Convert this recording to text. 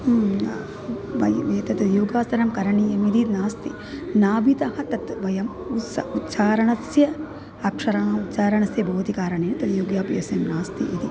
अम् आं मयि एतत् योगासनं करणीयम् इति नास्ति नाबितः तत् वयम् उत उच्चारणस्य अक्षराणाम् उच्चारणस्य भवति कारणेन तद् योग्याभ्यासः नास्ति इति